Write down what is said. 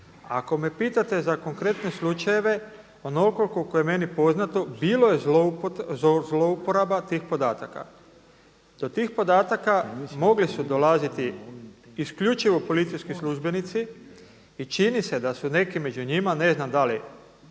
Ako me pitate za konkretne slučajeve, onoliko koliko je meni poznato bilo je zlouporaba tih podataka. Do tih podataka mogli su dolaziti isključivo policijski službenici i čini se da su neki među njima, ne znam da li